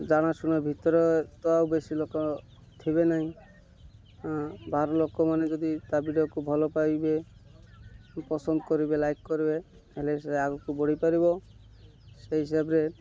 ଜଣାଶୁଣ ଭିତରେ ତ ଆଉ ବେଶୀ ଲୋକ ଥିବେ ନାହିଁଁ ବାହାର ଲୋକମାନେ ଯଦି ତା ଭିଡ଼ିଓକୁ ଭଲ ପାଇବେ ପସନ୍ଦ କରିବେ ଲାଇକ୍ କରିବେ ହେଲେ ସେ ଆଗକୁ ବଢ଼ିପାରିବ ସେଇ ହିସାବରେ